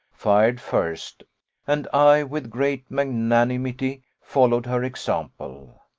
fired first and i, with great magnanimity, followed her example.